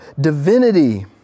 divinity